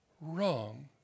wrong